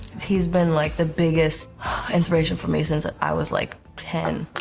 he's been like the biggest inspiration for me since i was like ten.